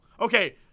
Okay